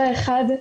כאשר האחד,